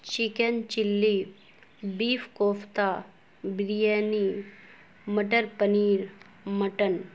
chicken chilli beef kofta biryani matar paneer mutton